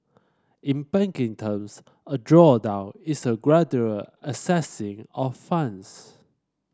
in banking terms a drawdown is a gradual accessing of funds